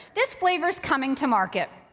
this flavor is coming to market,